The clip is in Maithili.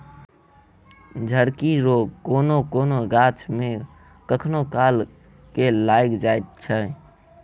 झड़की रोग कोनो कोनो गाछ मे कखनो काल के लाइग जाइत छै